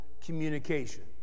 communication